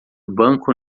banco